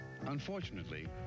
Unfortunately